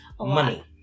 Money